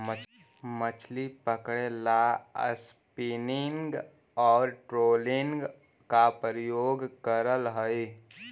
मछली पकड़े ला स्पिनिंग और ट्रोलिंग का भी प्रयोग करल हई